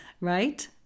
Right